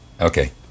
Okay